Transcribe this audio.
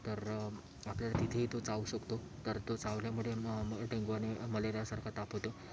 तर आपल्याला तिथेही तो चावू शकतो तर तो चावल्यामुळे म मग डेंगू आणि मलेरियासारखा ताप होतो